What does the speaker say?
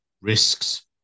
risks